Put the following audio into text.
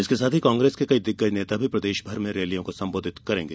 इसके साथ ही कांग्रेस के कई दिग्गज नेता भी प्रदेषभर में रैलियों को संबोधित करेंगे